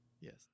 yes